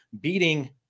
beating